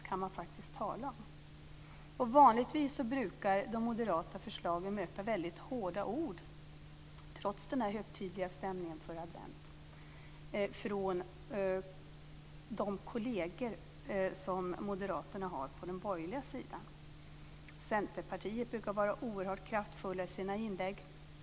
Man kan faktiskt tala om kulturslakt. Vanligtvis brukar de moderata förslagen möta väldigt hårda ord, trots den högtidliga stämningen kring advent, från de kolleger som moderaterna har på den borgerliga sidan. Centerpartiet brukar vara oerhört kraftfullt i sina inlägg.